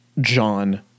John